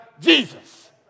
Jesus